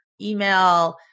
Email